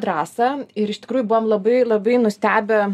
drąsą ir iš tikrųjų buvom labai labai nustebę